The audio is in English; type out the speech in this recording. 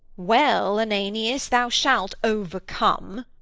well, ananias, thou shalt overcome.